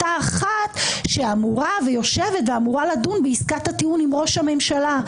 אותה אחת שאמורה לדון בעסקת הטיעון עם ראש הממשלה.